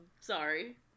sorry